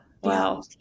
Wow